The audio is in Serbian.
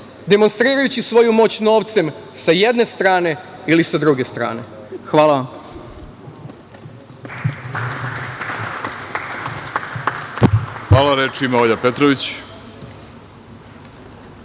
demonstrirajući svoju moć novcem sa jedne strane ili sa druge strane. Hvala. **Vladimir Orlić** Hvala. Reč ima Olja Petrović.